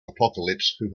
apocalypse